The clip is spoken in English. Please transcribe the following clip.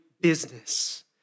business